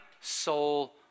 soul